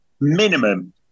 minimum